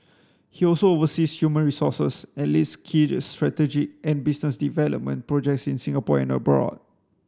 he also oversees human resources and leads key strategic and business development projects in Singapore and abroad